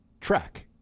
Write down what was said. track